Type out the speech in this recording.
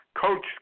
Coach